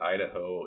Idaho